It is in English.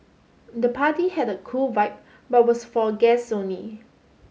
the party had a cool vibe but was for guests only